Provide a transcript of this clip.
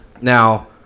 now